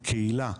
קהילה,